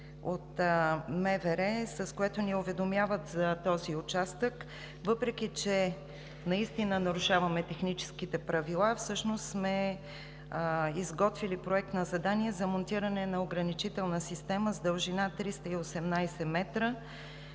от МВР, с който ни уведомяват за този участък. Въпреки че наистина нарушаваме техническите правила, всъщност сме изготвили проект на задание за монтиране на ограничителна система с дължина 318 м